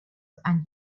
and